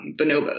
bonobos